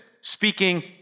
speaking